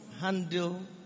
handle